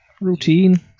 routine